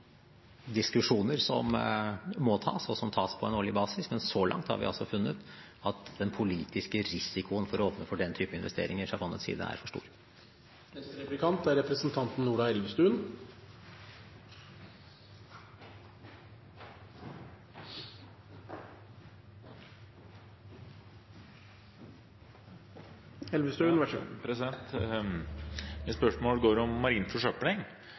diskusjoner som må tas, og som tas, på en årlig basis. Men så langt har vi altså funnet at den politiske risikoen ved å åpne for den typen investeringer fra fondets side er for stor. Mitt spørsmål går på marin forsøpling. Nå har vi økt bevilgningene til å bekjempe marin forsøpling